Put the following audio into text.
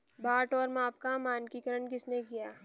बाट और माप का मानकीकरण किसने किया?